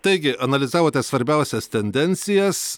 taigi analizavote svarbiausias tendencijas